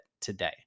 today